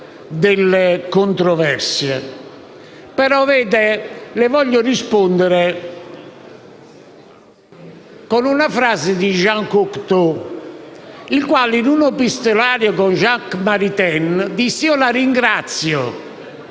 delle controversie. Le voglio rispondere con una frase di Jean Cocteau, il quale, in un epistolario con Jacques Maritain, lo ringraziò